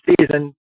season